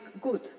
good